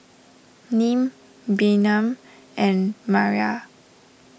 Nim Bynum and Maria